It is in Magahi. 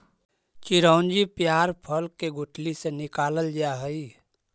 चिरौंजी पयार फल के गुठली से निकालल जा हई